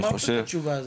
אמרת את התשובה הזאת.